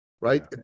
right